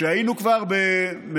שהיינו כבר במציאות.